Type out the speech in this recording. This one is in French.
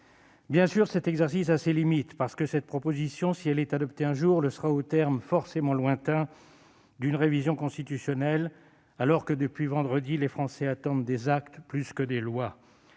Bien sûr, cet exercice a ses limites parce que cette proposition de loi, si elle est adoptée un jour, le sera au terme forcément lointain d'une révision constitutionnelle, alors que depuis vendredi les Français attendent des actes plus que des lois.